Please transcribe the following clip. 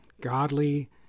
godly